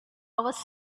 was